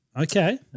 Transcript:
Okay